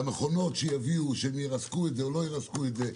והמכונות שיביאו שירסקו את זה או לא ירסקו את זה,